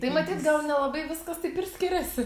tai matyt gal nelabai viskas taip ir skiriasi